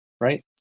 right